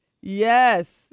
Yes